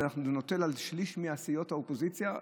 זה נופל על שליש מסיעות האופוזיציה.